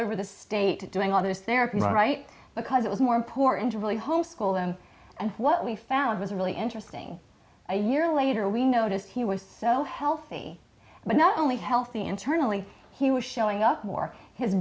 over the state doing all those therapy right because it was more important to really homeschool him and what we found was really interesting a year later we noticed he was so healthy but not only healthy internally he was showing up more his